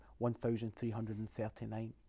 1,339